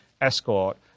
escort